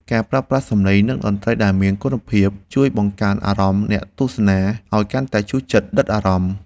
ការប្រើប្រាស់សំឡេងនិងតន្ត្រីដែលមានគុណភាព ជួយបង្កើនអារម្មណ៍អ្នកទស្សនាឱ្យកាន់តែជក់ចិត្តដិតអារម្មណ៍។